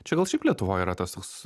čia gal šiaip lietuvoj yra tas toks